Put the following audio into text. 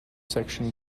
section